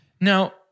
Now